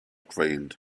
drained